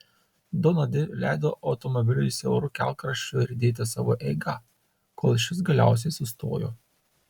dona di leido automobiliui siauru kelkraščiu riedėti savo eiga kol šis galiausiai sustojo